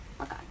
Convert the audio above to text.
Okay